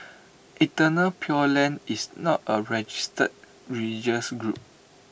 eternal pure land is not A registered religious group